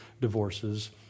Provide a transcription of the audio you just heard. divorces